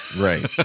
right